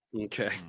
Okay